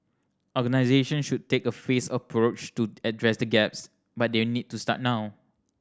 organisation should take a phased approach to address the gaps but their need to start now